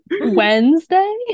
wednesday